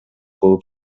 болуп